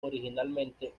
originalmente